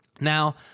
Now